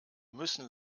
müssen